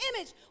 image